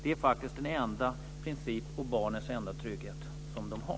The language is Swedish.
Det är faktiskt barnets enda princip och den enda trygghet som det har.